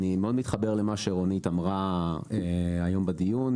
אני מאוד מתחבר למה שרונית אמרה היום בדיון,